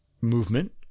movement